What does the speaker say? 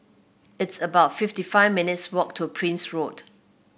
it's about fifty five minutes' walk to Prince Road